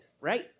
right